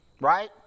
Right